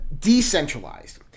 decentralized